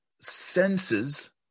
senses